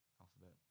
alphabet